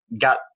Got